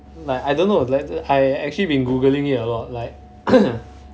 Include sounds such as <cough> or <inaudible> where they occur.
like I don't know like I've actually been googling it a lot like <coughs>